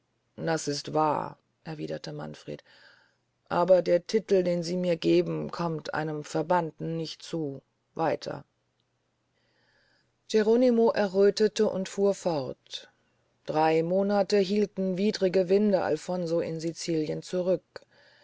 das ist wahr erwiederte manfred aber der titel den sie mir geben kommt einem verbannten nicht zu weiter geronimo erröthete und fuhr fort drey monathe hielten widrige winde alfonso in sicilien zurück